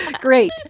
Great